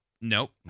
Nope